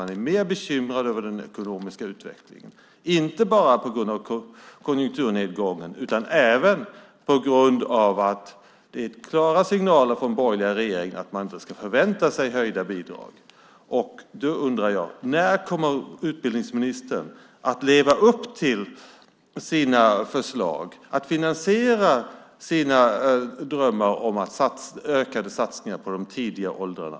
Man är bekymrad över den ekonomiska utvecklingen, inte bara på grund av konjunkturnedgången utan även på grund av att det kommer klara signaler från den borgerliga regeringen om att man inte ska förvänta sig höjda bidrag. Jag undrar när utbildningsministern kommer att leva upp till sina förslag och finansiera sina drömmar om ökade satsningar på de tidiga åldrarna.